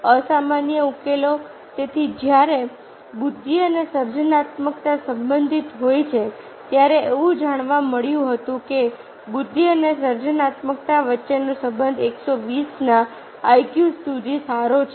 અસામાન્ય ઉકેલો તેથી જ્યારે બુદ્ધિ અને સર્જનાત્મકતા સંબંધિત હોય છે ત્યારે એવું જાણવા મળ્યું હતું કે બુદ્ધિ અને સર્જનાત્મકતા વચ્ચેનો સંબંધ 120 ના IQ સુધી સારો છે